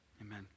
amen